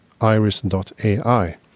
iris.ai